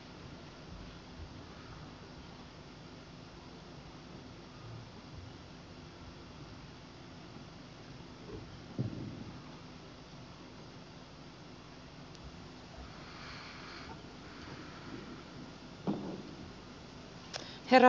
arvoisa herra puhemies